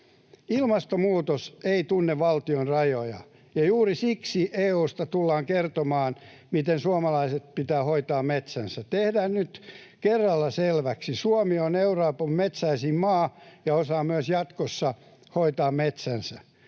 Ilmastonmuutos ei tunne valtionrajoja, ja juuri siksi EU:sta tullaan kertomaan, miten suomalaisten pitää hoitaa metsänsä. Tehdään nyt kerralla selväksi: Suomi on Euroopan metsäisin maa ja osaa myös jatkossa hoitaa metsänsä.